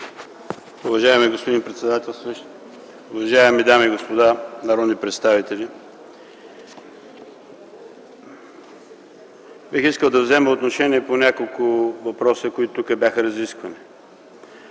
Уважаеми господин председателстващ, уважаеми дами и господа народни представители! Бих искал да взема отношение по няколко въпроса, които бяха разисквани